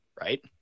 Right